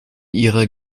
ihrer